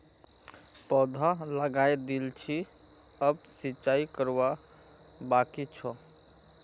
पौधा लगइ दिल छि अब सिंचाई करवा बाकी छ